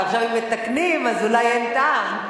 אבל עכשיו, אם מתקנים, אז אולי אין טעם.